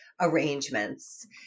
arrangements